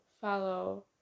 follow